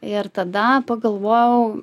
ir tada pagalvojau